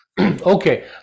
Okay